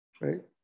right